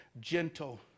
gentle